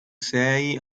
sei